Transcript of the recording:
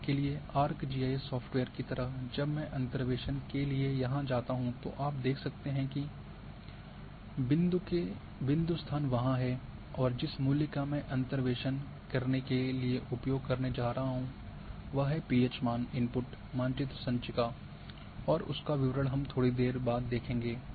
उदाहरण के लिए आर्क जीआईएस सॉफ्टवेयर की तरह जब मैं अंतर्वेसन के लिए यहां जाता हूं तो आप देख सकते हैं कि बिंदु स्थान वहां हैं और जिस मूल्य का मैं अंतर्वेसन करने के लिए उपयोग करने जा रहा हूं वह है पीएच मान इनपुट मानचित्र संचिका है और उसका विवरण हम थोड़ी देर बाद देखंगे